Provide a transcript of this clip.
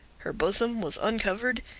her bosom was uncovered,